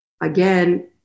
again